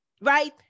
right